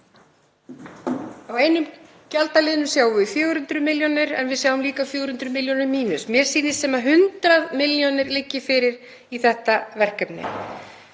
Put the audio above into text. Á einum gjaldalið sjáum við 400 milljónir en við sjáum líka 400 milljónir í mínus. Mér sýnist sem 100 milljónir liggi fyrir í þetta verkefni.